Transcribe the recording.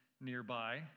nearby